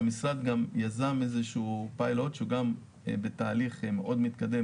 המשרד גם יזם איזה שהוא פיילוט שהוא גם בתהליך מאוד מתקדם,